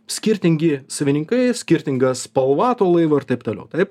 skirtingi savininkai skirtinga spalva to laivo ir taip toliau taip